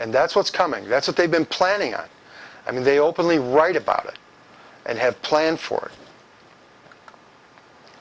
and that's what's coming that's what they've been planning on i mean they openly write about it and have planned for